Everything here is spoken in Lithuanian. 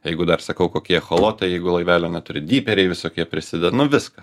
jeigu dar sakau kokie echolotai jeigu laivelio neturi dyperiai visokie prisideda nu viskas